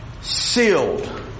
Sealed